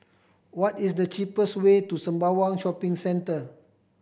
what is the cheapest way to Sembawang Shopping Centre